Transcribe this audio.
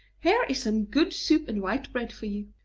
here is some good soup and white bread for you.